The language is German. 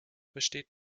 besteht